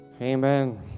Amen